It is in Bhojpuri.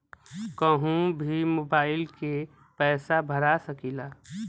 कन्हू भी मोबाइल के पैसा भरा सकीला?